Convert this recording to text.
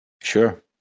Sure